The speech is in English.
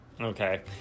Okay